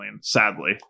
sadly